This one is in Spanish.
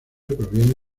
proviene